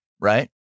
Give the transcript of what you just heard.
Right